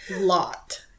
lot